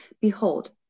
behold